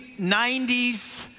90s